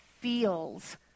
feels